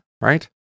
right